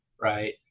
right